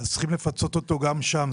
אז צריכים לפצות אותו גם שם.